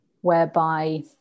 whereby